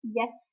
yes